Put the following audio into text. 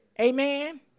amen